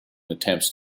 attempts